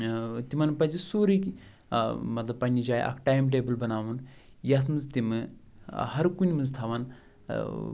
تِمَن پَزِ سورُے کیٚنہہ مطلب پَنٛنہِ جایہِ اَکھ ٹایَم ٹیبُل بناوُن یَتھ منٛز تِمہٕ ہر کُنہِ منٛز تھاوَن